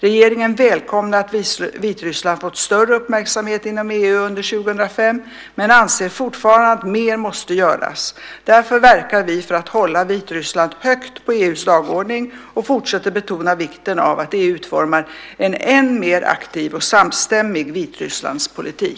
Regeringen välkomnar att Vitryssland fått större uppmärksamhet inom EU under 2005 men anser fortfarande att mer måste göras. Därför verkar vi för att hålla Vitryssland högt på EU:s dagordning och fortsätter betona vikten av att EU utformar en än mer aktiv och samstämmig Vitrysslandspolitik.